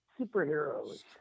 superheroes